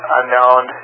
unknown